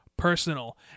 Personal